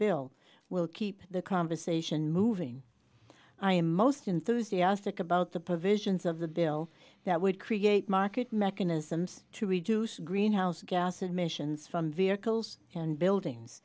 bill will keep the conversation moving i am most enthusiastic about the provisions of the bill that would create market mechanisms to reduce greenhouse gas emissions from vehicles and buildings